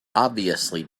obviously